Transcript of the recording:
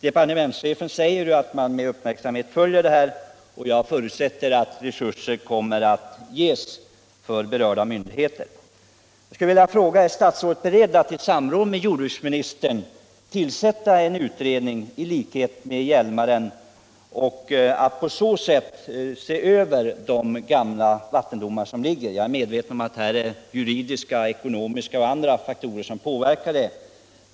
Departementschefen säger att man har uppmärksamheten riktad på dessa frågor, och jag förutsätter att resurser kommer att ställas till de berörda myndigheternas förfogande. Jag skulle vilja fråga om statsrådet är beredd att i samråd med jordbruksministern tillsätta en utredning, i likhet med Hjälmarenutredningen, och på så sätt se över de gamla vattendomarna. Jag är medveten om att juridiska, ekonomiska och andra faktorer inverkar i detta sammanhang.